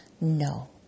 no